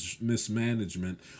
mismanagement